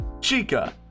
Chica